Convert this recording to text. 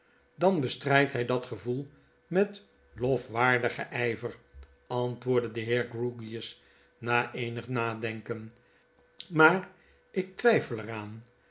dan bestrijdt hij dat gevoel met lofwaardigen ijver antwoordde de heer grewgious na eenig nadenken maar ik twijfeler aan